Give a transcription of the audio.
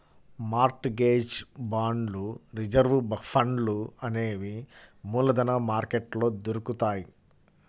mart gauge బాండ్లు reserve ఫండ్లు అనేవి మూలధన మార్కెట్లో దొరుకుతాయ్